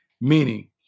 meaning